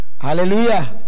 Hallelujah